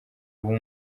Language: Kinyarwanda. ube